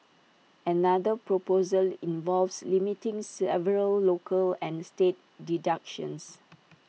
another proposal involves limiting several local and state deductions